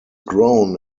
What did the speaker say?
grown